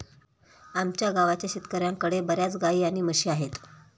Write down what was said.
आमच्या गावाच्या शेतकऱ्यांकडे बर्याच गाई आणि म्हशी आहेत